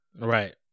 Right